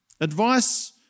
Advice